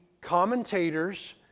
commentators